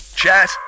Chat